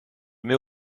mets